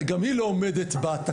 הרי גם היא לא עומדת בתקנות.